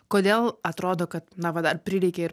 kodėl atrodo kad na va dar prireikė ir